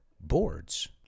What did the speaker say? boards